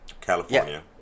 California